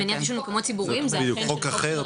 מניעת עישון במקומות ציבוריים זה אכן של